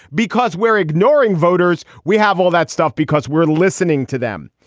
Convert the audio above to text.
because we're ignoring voters. we have all that stuff because we're listening to them.